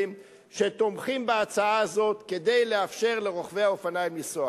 שתומכים בהצעה הזאת כדי לאפשר לרוכבי האופניים לנסוע.